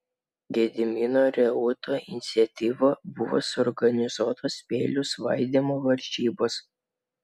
gedimino reuto iniciatyva buvo suorganizuotos peilių svaidymo varžybos